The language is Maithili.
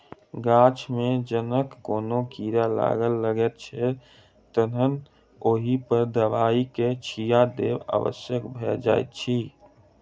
गाछ मे जखन कोनो कीड़ा लाग लगैत छै तखन ओहि पर दबाइक छिच्चा देब आवश्यक भ जाइत अछि